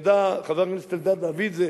שידע, חבר הכנסת אלדד, להביא את זה.